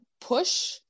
push